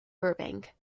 burbank